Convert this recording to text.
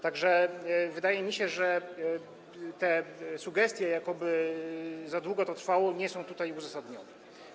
Tak że wydaje mi się, że te sugestie jakoby za długo to trwało, nie są uzasadnione.